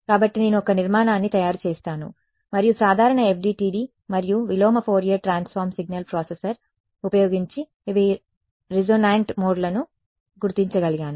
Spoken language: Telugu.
కాబట్టి నేను ఒక నిర్మాణాన్ని తయారు చేసాను మరియు సాధారణ FDTD మరియు విలోమ ఫోరియర్ ట్రాన్స్ఫార్మ్ సిగ్నల్ ప్రాసెసర్ ఉపయోగించి ఇవి రెసోనాన్ట్ మోడ్లను గుర్తించగలిగాను